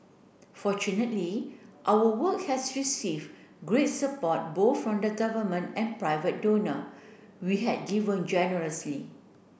fortunately our work has received great support both from the Government and private donor we had given generously